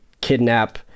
kidnap